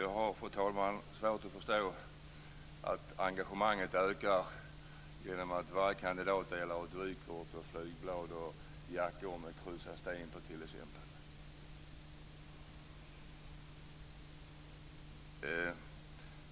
Jag har, fru talman, svårt att förstå att engagemanget ökar genom att varje kandidat delar ut vykort, flygblad och jackor som det t.ex. står "Kryssa